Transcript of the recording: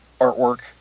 artwork